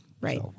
Right